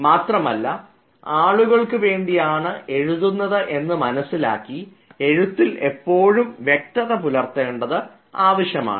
മാത്രമല്ല ആളുകൾക്ക് വേണ്ടിയാണ് എഴുതുന്നത് എന്ന് മനസ്സിലാക്കി എഴുത്തിൽ എപ്പോഴും വ്യക്തത പുലർത്തേണ്ടത് ആവശ്യമാണ്